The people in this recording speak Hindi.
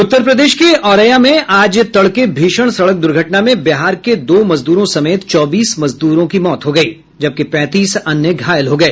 उत्तर प्रदेश के औरैया में आज तड़के भीषण सड़क द्र्घटना में बिहार के दो मजदूरों समेत चौबीस मजदूरों की मौत हो गई जबकि पैंतीस अन्य घायल हो गए